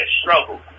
struggle